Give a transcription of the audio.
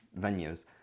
venues